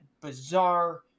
bizarre